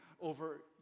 over